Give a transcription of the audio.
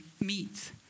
meet